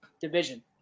division